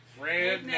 redneck